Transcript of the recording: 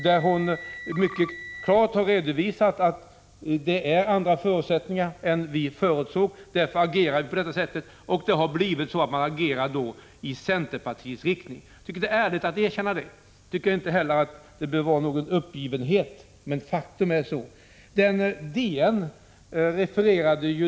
Hon har mycket klart redovisat att förutsättningarna nu är andra än vi förutsåg och att man därför agerar på det sätt som man gör. Man har då agerat i den riktning som centerpartiet har talat för. Jag tycker att det är ärligt att erkänna detta. Jag tycker inte heller att det är fråga om uppgivenhet. Men faktum är så. Lennart Pettersson!